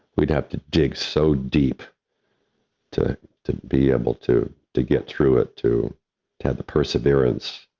we'd have to dig so deep to to be able to, to get through it, to to have the perseverance,